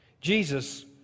Jesus